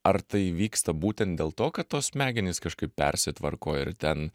ar tai vyksta būtent dėl to kad tos smegenys kažkaip persitvarko ir ten